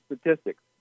statistics